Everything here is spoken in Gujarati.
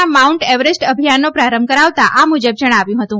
ના માઉન્ટ એવરેસ્ટ અભિયાનનો પ્રારંભ કરાવતા આ મુજબ જણાવ્યું હતું